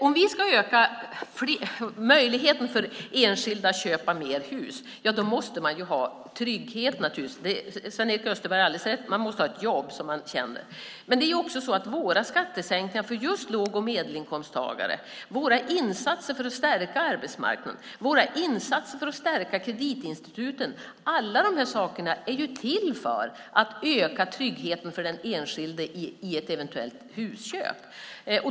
Om vi ska öka möjligheten för fler enskilda att köpa hus måste de naturligtvis ha trygghet. Sven-Erik Österberg har alldeles rätt, man måste ha ett jobb så att man tjänar pengar. Våra skattesänkningar för just låg och medelinkomsttagare, våra insatser för att stärka arbetsmarknaden och våra insatser för att stärka kreditinstituten, alla de sakerna är ju till för att öka tryggheten för den enskilde vid ett eventuellt husköp.